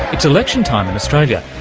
it's election time in australia,